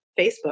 Facebook